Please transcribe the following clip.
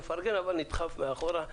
נפרגן אבל נדחף מאחורה.